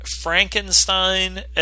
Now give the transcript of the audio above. Frankenstein